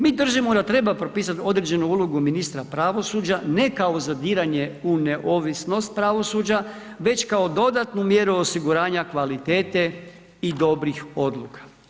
Mi držimo da treba propisati određenu ulogu ministra pravosuđa, ne kao zadiranje u neovisnost pravosuđa, već kao dodatnu mjeru osiguranja kvalitete i dobrih odluka.